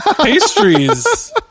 Pastries